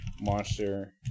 Monster